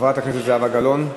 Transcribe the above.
חברת הכנסת זהבה גלאון?